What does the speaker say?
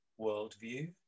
worldview